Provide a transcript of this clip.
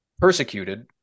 persecuted